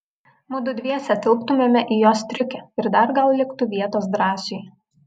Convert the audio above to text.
mudu dviese tilptumėme į jos striukę ir dar gal liktų vietos drąsiui